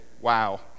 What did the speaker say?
wow